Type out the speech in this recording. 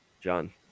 John